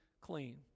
clean